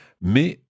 Mais